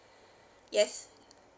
yes